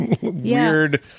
weird